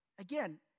Again